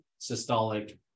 systolic